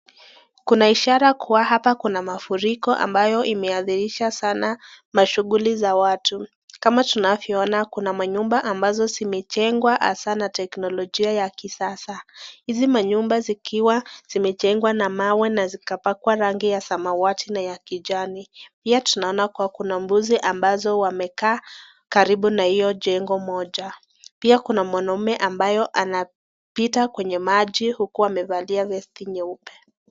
Kuna ishara kuwa hapa kuna mafuriko ambayo imeathirisha sana shughuli za watu. Kama tunavyoona kuna nyumba ambazo zimejengwa hasa na teknolojia ya kisasa. Hizi manyumba zikiwa zimejengwa na mawe na zikapakwa rangi ya samawati na ya kijani. Pia tunahatiwana kuwa kuna mbuzi ambazo wamekaa karibu na hiyo jengo moja. Pia kuna mwanaume ambaye anapita kwenye maji huku amevalia vesti nyeupe.